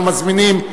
אנחנו מזמינים,